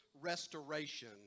restoration